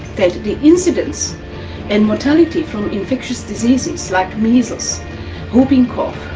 that the incidents and mortality from infectious diseases, like measles whooping cough,